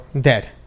dead